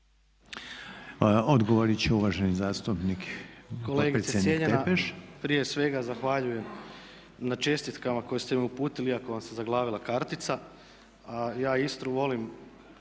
Odgovoriti će uvaženi zastupnik potpredsjednik Tepeš. **Tepeš, Ivan (HSP AS)** Kolegice cijenjena, prije svega zahvaljujem na čestitkama koje ste mi uputili iako vam se zaglavila kartica a ja Istru volim